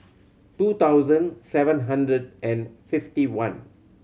two thousand seven hundred and fifty one